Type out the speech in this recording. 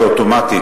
זה אוטומטי,